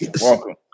welcome